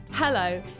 Hello